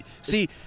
see